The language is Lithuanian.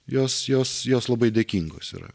jos jos jos labai dėkingos yra